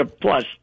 plus